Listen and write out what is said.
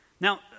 Now